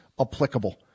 applicable